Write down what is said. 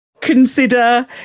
consider